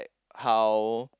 how